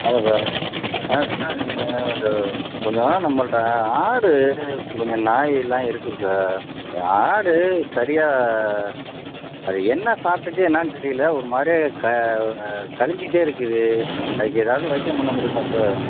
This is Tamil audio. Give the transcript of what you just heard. ஆமாம் சார் ஆ சார் நீங்கள் அந்த கொஞ்சம் நம்மள்கிட்ட ஆடு கொஞ்சம் நாய் எல்லாம் இருக்குது சார் ஆடு சரியாக அது என்ன சாப்பிட்டுச்சி என்னெனான்னு தெரியல ஒரு மாதிரி க கழிஞ்சிட்டே இருக்குது அதுக்கு ஏதாவது வைத்தியம் பண்ண முடியுமா சார்